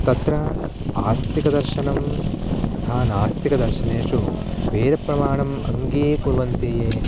तत्र आस्तिकदर्शनं तथा नास्तिकदर्शनेषु वेदप्रमाणम् अङ्गीकुर्वन्ति